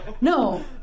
No